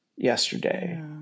yesterday